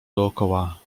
dokoła